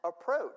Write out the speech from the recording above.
approach